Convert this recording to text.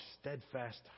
steadfast